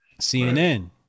CNN